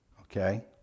okay